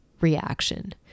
reaction